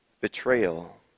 Betrayal